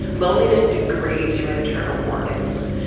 loneliness degrades your internal organs.